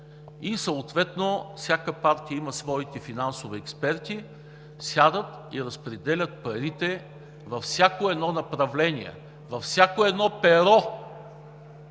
съответно всяка партия има своите финансови експерти – сядат и разпределят парите във всяко едно направление, във всяко едно перо